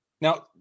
Now